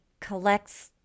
collects